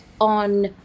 on